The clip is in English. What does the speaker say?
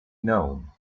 known